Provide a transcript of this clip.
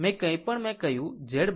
જે કંઈપણ મેં કહ્યું Z R